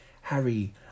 Harry